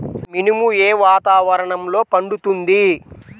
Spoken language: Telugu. మినుము ఏ వాతావరణంలో పండుతుంది?